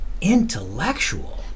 intellectual